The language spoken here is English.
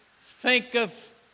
thinketh